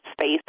space